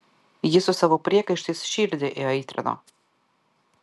ji su savo priekaištais širdį įaitrino